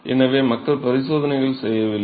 எனவே மக்கள் பரிசோதனைகள் செய்யவில்லை